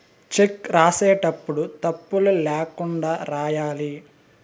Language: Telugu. చెక్ రాసేటప్పుడు తప్పులు ల్యాకుండా రాయాలి